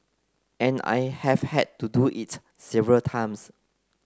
and I have had to do it several times